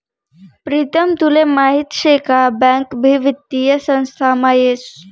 प्रीतम तुले माहीत शे का बँक भी वित्तीय संस्थामा येस